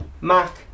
Mac